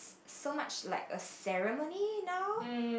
so much like a ceremony now